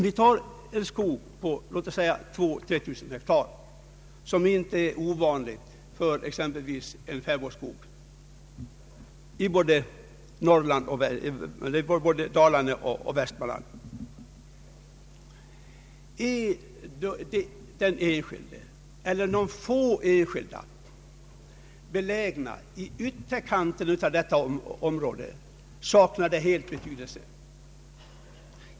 Vi kan tänka oss ett skogsområde på 2 000 å 3 000 hektar, något som inte är ovanligt för exempelvis en fäbodskog i Dalarna eller Västmanland. är de få enskilda ägorna belägna i ytterkanten av detta område, saknar de helt betydelse.